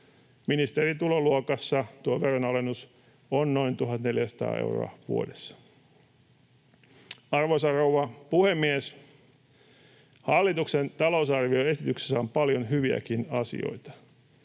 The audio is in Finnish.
ministerin tuloluokassa tuo veronalennus on noin 1 400 euroa vuodessa. Arvoisa rouva puhemies! Hallituksen talousarvioesityksessä on paljon hyviäkin asioita,